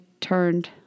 turned